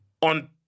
on